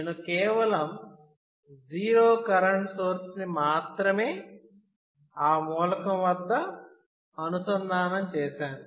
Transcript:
నేను కేవలం '0' current source ని మాత్రమే ఆ మూలకం వద్ద అనుసంధానం చేశాను